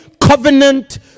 covenant